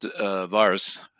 Virus